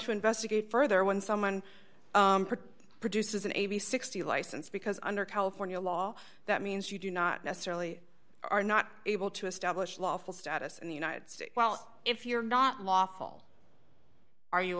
to investigate further when someone produces an a b sixty license because under california law that means you do not necessarily are not able to establish lawful status in the united states well if you're not lawful are you